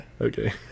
Okay